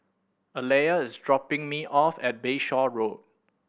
Aleah is dropping me off at Bayshore Road